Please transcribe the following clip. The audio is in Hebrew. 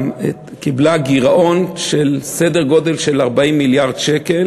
קיבלה גירעון בסדר גודל של 40 מיליארד שקל.